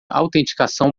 autenticação